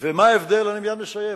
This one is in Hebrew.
אני מייד מסיים.